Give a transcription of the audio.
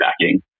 backing